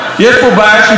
יש פה בעיה של פריפריה?